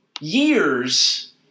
years